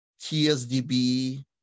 TSDB